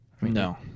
No